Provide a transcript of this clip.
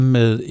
med